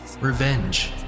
revenge